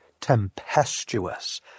tempestuous